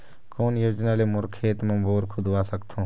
कोन योजना ले मोर खेत मा बोर खुदवा सकथों?